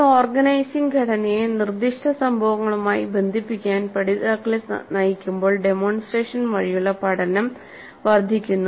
ഒരു ഓർഗനൈസിംഗ് ഘടനയെ നിർദ്ദിഷ്ട സംഭവങ്ങളുമായി ബന്ധിപ്പിക്കാൻ പഠിതാക്കളെ നയിക്കുമ്പോൾ ഡെമോൺസ്ട്രേഷൻ വഴിയുള്ള പഠനം വർദ്ധിക്കുന്നു